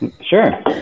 Sure